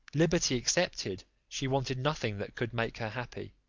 liberty excepted she wanted nothing that could make her happy.